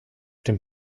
dem